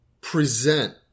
present